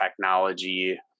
technology